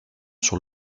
sur